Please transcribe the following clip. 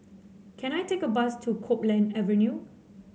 can I take a bus to Copeland Avenue